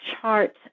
chart